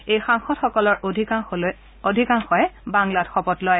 এই সাংসদসকলৰ অধিকাংশলৈ বাংলাত শপত লয়